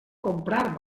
comprar